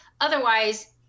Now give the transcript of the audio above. otherwise